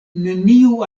neniu